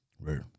right